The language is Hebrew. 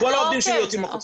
-- כל העובדים שלי יוצאים החוצה.